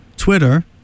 Twitter